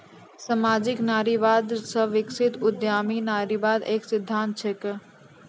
सामाजिक नारीवाद से विकसित उद्यमी नारीवाद एक सिद्धांत छिकै